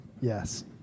Yes